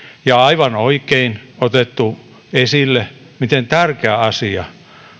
ja aivan oikein otettu esille miten tärkeä asia